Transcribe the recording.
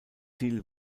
ziel